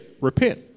repent